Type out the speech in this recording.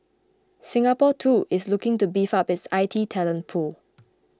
Singapore too is looking to beef up its I T talent pool